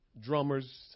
drummers